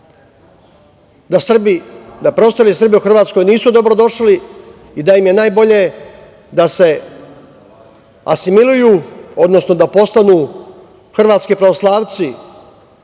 da preostali Srbi u Hrvatskoj nisu dobrodošli i da im je najbolje da se asimiluju, odnosno da postanu Hrvatski pravoslavci,